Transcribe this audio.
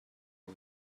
boy